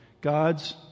God's